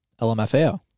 LMFAO